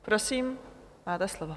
Prosím, máte slovo.